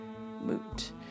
moot